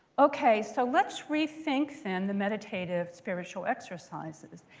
ok, so let's rethink, then, the meditative spiritual exercises.